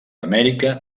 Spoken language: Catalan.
amèrica